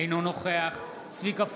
אינו נוכח צביקה פוגל,